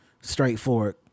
straightforward